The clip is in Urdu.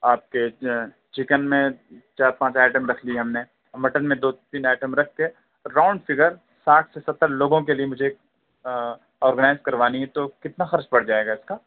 آپ کے چکن میں چار پانچ آئیٹم رکھ لیا ہم نے مٹن میں دو تین آئیٹم رکھ کے راؤنڈ فگر ساٹھ سے ستر لوگوں کے لئے مجھے آرگنائز کروانی ہے تو کتنا خرچ پڑ جائے گا اس کا